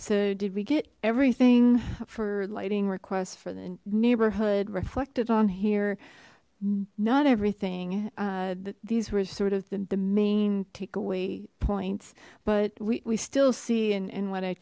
so did we get everything for lighting requests for the neighborhood reflected on here not everything uh these were sort of the main takeaway points but we we still see and what i